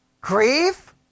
grief